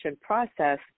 process